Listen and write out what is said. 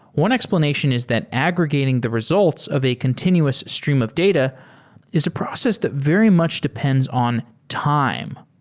one explanation is that aggregating the results of a continuous stream of data is a process that very much depends on time.